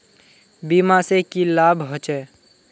बीमा से की लाभ होचे?